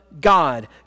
God